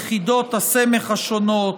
יחידות הסמך השונות,